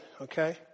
Okay